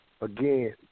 again